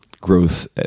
growth